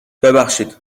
ببخشید